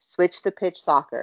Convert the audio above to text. switchthepitchsoccer